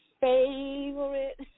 favorite